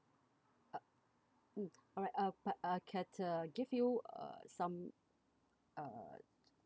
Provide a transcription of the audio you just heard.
uh mm alright uh but uh can uh give you uh some uh